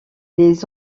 les